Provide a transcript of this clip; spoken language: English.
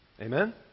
Amen